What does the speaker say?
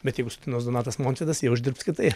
bet jeigu sudainuos donatas montvydas jie uždirbs kitaip